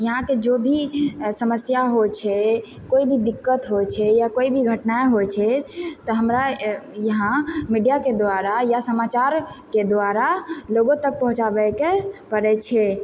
यहाँके जो भी समस्या होइ छै कोइ भी दिक्कत होइ छै या कोइ भी घटना होइ छै तऽ हमरा यहाँ मीडियाके दुआरा या समाचारके दुआरा लोगोँ तक पहुँचाबयके पड़य छै